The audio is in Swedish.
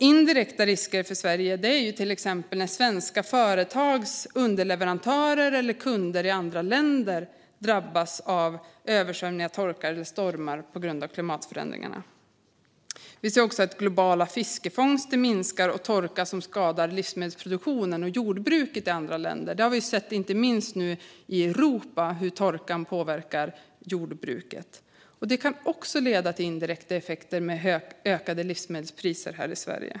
Indirekta risker för Sverige är till exempel när svenska företags underleverantörer eller kunder i andra länder drabbas av översvämningar, torka eller stormar på grund av klimatförändringarna. Vi ser också globala fiskefångster som minskar och torka som skadar livsmedelsproduktionen och jordbruket i andra länder. Vi har nu sett inte minst i Europa hur torkan påverkar jordbruket. Det kan också leda till indirekta effekter i form av ökade livsmedelspriser här i Sverige.